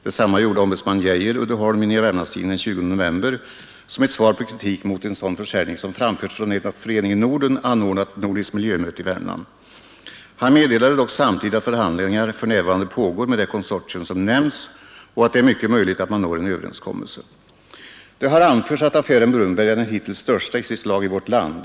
Detsamma gjorde ombudsman Geijer, Uddeholm, i Nya Wermlands Tidningen den 20 november som ett svar på kritik mot en sådan försäljning, som framförts från ett av Föreningen Norden anordnat nordiskt miljömöte i Värmland. Han meddelade dock samtidigt att förhandlingar för närvarande pågår med det konsortium som nämnts och att det är mycket möjligt att man når en överenskommelse. Det har anförts att affären Brunnberg är den hittills största i sitt slag i vårt land.